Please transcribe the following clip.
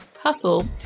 hustle